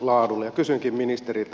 kysynkin ministeriltä